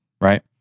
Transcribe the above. Right